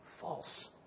false